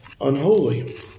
Unholy